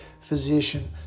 physician